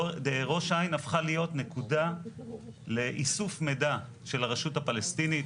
ראש העין הפכה להיות נקודה לאיסוף מידע של הרשות הפלסטינית